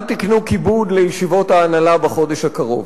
אל תקנו כיבוד לישיבות ההנהלה בחודש הקרוב,